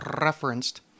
referenced